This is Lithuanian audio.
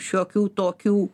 šiokių tokių